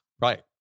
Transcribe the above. Right